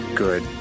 Good